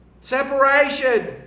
separation